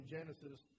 Genesis